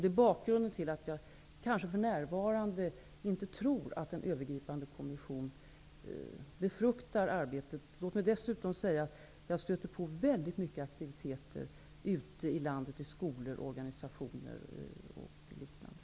Det är bakgrunden till att jag inte för närvarande tror att en övergripande kommission befruktar arbetet. Låt mig dessutom säga att jag stöter på väldigt många aktiviteter ute i landet: i skolor, organisationer och liknande.